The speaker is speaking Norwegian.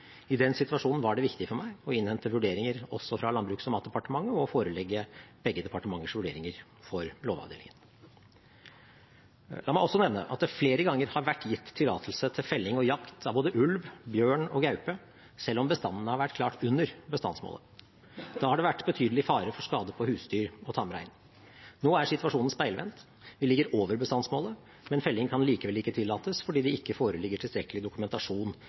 I den situasjonen var det viktig for meg å innhente vurderinger også fra Landbruks- og matdepartementet og forelegge begge departementers vurderinger for lovavdelingen. La meg også nevne at det flere ganger har vært gitt tillatelse til felling og jakt av både ulv, bjørn og gaupe selv om bestandene har vært klart under bestandsmålet. Da har det vært betydelig fare for skade på husdyr og tamrein. Nå er situasjonen speilvendt: Vi ligger over bestandsmålet, men felling kan likevel ikke tillates fordi det ikke foreligger tilstrekkelig dokumentasjon